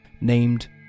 named